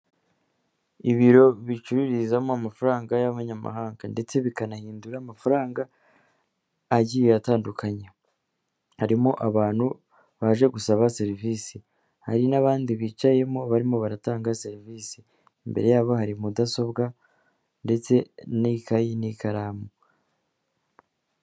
Ibiro bicururizamo amafaranga y'abanyamahanga ndetse bikanahindura amafaranga agiye atandukanye, harimo abantu baje gusaba serivisi, hari n'abandi bicayemo barimo baratanga serivisi, imbere yabo hari mudasobwa ndetse n'ikayi n'ikaramu.